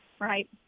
right